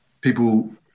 People